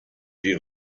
die